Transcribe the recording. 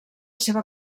seva